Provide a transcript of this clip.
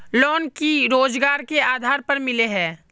Loan की रोजगार के आधार पर मिले है?